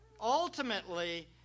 ultimately